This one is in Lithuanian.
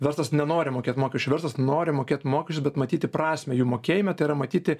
verslas nenori mokėt mokesčių verslas nori mokėti mokesčius bet matyti prasmę jų mokėjime tai yra matyti